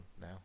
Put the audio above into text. now